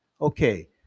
Okay